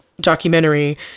documentary